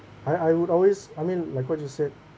I I would always I mean like what you said